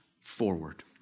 forward